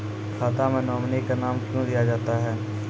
खाता मे नोमिनी का नाम क्यो दिया जाता हैं?